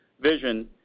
Vision